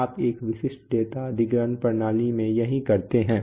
इसलिए आप एक विशिष्ट डेटा अधिग्रहण प्रणाली में यही करते हैं